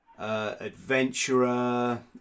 Adventurer